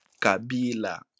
Kabila